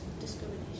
Discrimination